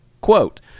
Quote